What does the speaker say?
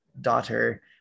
daughter